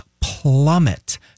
plummet